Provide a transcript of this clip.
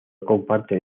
comparten